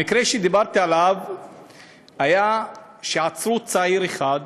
המקרה שדיברתי עליו היה שעצרו צעיר אחד